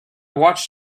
watched